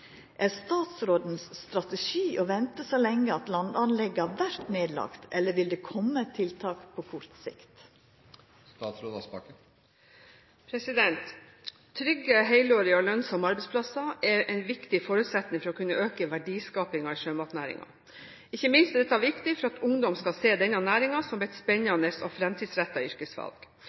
Er statsrådens strategi å venta så lenge at landanlegga vert lagde ned, eller vil det koma tiltak på kort sikt?» Trygge, helårige og lønnsomme arbeidsplasser er en viktig forutsetning for å kunne øke verdiskapingen i sjømatnæringen. Ikke minst er dette viktig for at ungdom skal se denne næringen som et spennende og fremtidsrettet yrkesvalg.